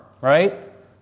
Right